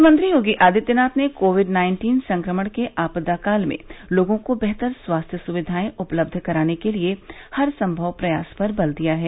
मुख्यमंत्री योगी आदित्यनाथ ने Covid nineteen संक्रमण के आपदाकाल में लोगों को बेहतर स्वास्थ्य सुविधाएं उपलब्ध कराने के लिये हर संभव प्रयास पर बल दिया है